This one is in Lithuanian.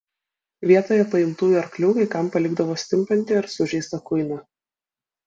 vietoje paimtųjų arklių kai kam palikdavo stimpantį ar sužeistą kuiną